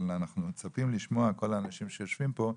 אנחנו וכל האנשים שיושבים פה,